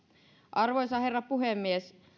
arvoisa herra puhemies